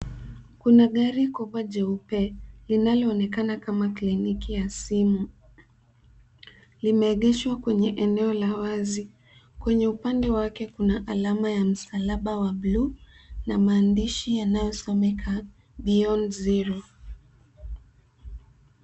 Kuna gari kubwa jeupe, linaloonekana kama kliniki ya simu. Limeegeshwa kwenye eneo la wazi. Kwenye upande wake kuna alama ya msalaba wa buluu, na maandishi yanayosomeka Beyond Zero .